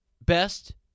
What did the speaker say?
best